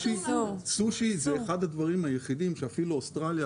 סושי הוא אחד הדברים היחידים שאפילו אוסטרליה,